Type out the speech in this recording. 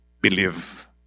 believe